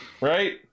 Right